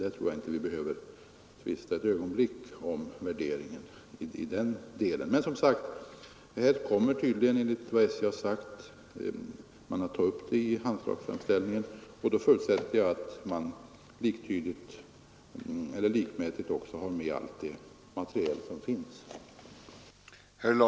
Jag tror inte att vi ett ögonblick behöver tvista om värdet av detta.